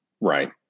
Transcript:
Right